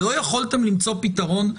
לא יכולתם למצוא פתרון?